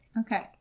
Okay